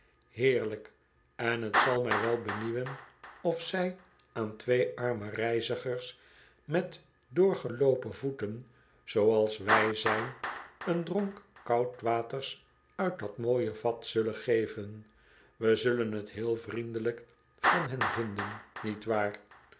heerlijk en t zal mij wel benieuwen of zij aan twee arme reizigers met doorgeloopen voeten zooals wij zyn een dronk koud waters uit dat mooie vat zullen geven we zullen het heel vriendelijk van hen vinden niet waar